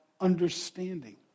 understanding